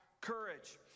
courage